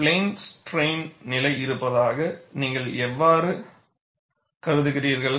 plane strain நிலை இருப்பதாக நீங்கள் எவ்வாறு கருதுகிறீர்கள்